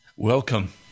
Welcome